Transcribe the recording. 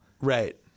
Right